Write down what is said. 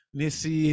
nesse